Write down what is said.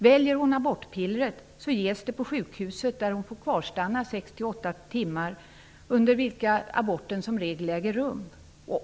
Väljer hon abortpillret, ges det på sjukhuset där hon får kvarstanna 6--8 timmar under vilka aborten som regel äger rum.